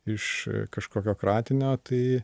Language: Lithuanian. iš kažkokio kratinio tai